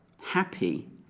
happy